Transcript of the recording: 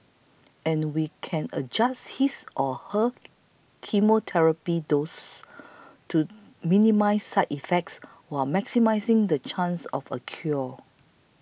and we can adjust his or her chemotherapy doses to minimise side effects while maximising the chance of a cure